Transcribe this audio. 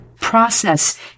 process